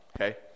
okay